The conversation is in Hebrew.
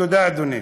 תודה, אדוני.